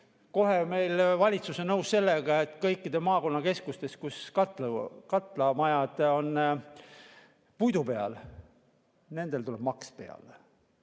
on meil valitsus nõus sellega, et kõikides maakonnakeskustes, kus katlamajad on puidu peal, tuleb nendele maks peale.